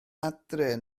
adre